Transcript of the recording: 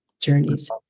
journeys